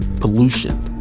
pollution